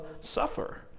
suffer